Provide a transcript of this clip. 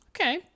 Okay